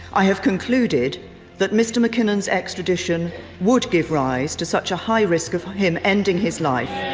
i have concluded that mr mckinnon's extradition would give rise to such a high risk of him ending his life.